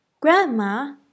Grandma